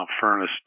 furnace